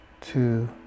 two